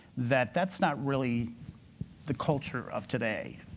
that that's not really the culture of today.